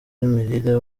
n’imirire